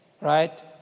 right